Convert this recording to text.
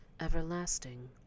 everlasting